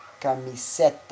camiseta